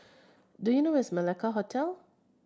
do you know where is Malacca Hotel